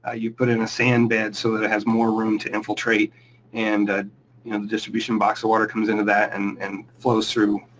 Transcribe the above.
ah you put in a sand bed so that it has more room to infiltrate and the distribution box of water comes into that and and flows through,